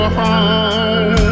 home